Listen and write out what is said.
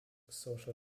social